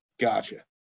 Gotcha